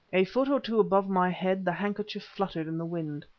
a foot or two above my head the handkerchief fluttered in the wind.